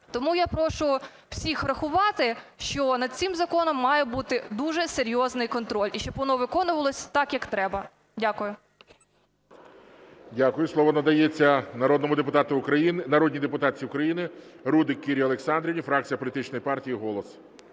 Тому я прошу всіх врахувати, що над цим законом має бути дуже серйозний контроль і щоб воно виконувалося так, як треба. Дякую.